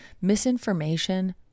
misinformation